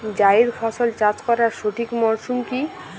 জায়েদ ফসল চাষ করার সঠিক মরশুম কি?